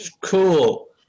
Cool